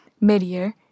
mid-year